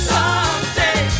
Someday